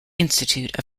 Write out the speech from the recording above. institute